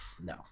No